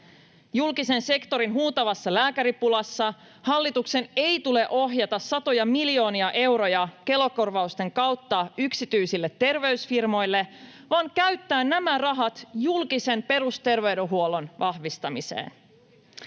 Julkisen sektorin huutavassa lääkäripulassa hallituksen ei tule ohjata satoja miljoonia euroja Kela-korvausten kautta yksityisille terveysfirmoille, vaan käyttää nämä rahat julkisen perusterveydenhuollon vahvistamiseen.